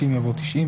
במקום "60 יבוא 90",